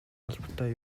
албатай